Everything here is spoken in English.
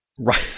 Right